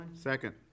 Second